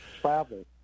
travel